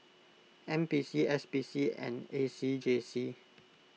N P C S P C and A C J C